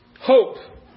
Hope